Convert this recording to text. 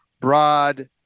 broad